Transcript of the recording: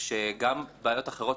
שגם בעיות אחרות,